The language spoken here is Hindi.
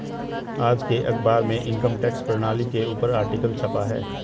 आज के अखबार में इनकम टैक्स प्रणाली के ऊपर आर्टिकल छपा है